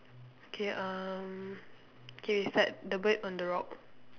okay um K we start the bird on the rock